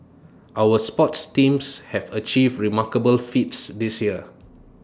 our sports teams have achieved remarkable feats this year